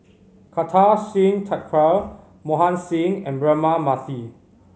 Kartar Singh Thakral Mohan Singh and Braema Mathi